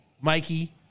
Mikey